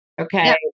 Okay